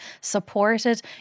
supported